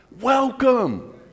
Welcome